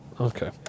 okay